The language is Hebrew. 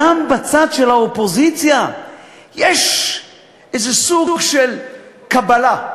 גם בצד של האופוזיציה יש איזה סוג של קבלה,